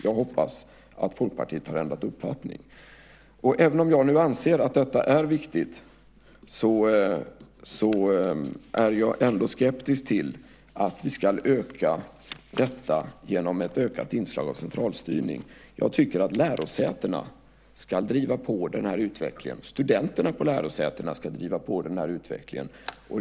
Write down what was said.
Jag hoppas att Folkpartiet har ändrat uppfattning. Även om jag nu anser att detta är viktigt är jag skeptisk till att vi ska öka detta genom ett ökat inslag av centralstyrning. Jag tycker att lärosätena och studenterna på lärosätena ska driva på den utvecklingen.